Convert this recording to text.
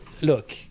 look